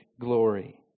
glory